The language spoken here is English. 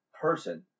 person